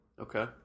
Okay